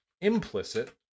implicit